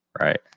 right